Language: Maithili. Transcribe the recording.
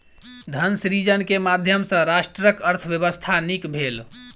धन सृजन के माध्यम सॅ राष्ट्रक अर्थव्यवस्था नीक भेल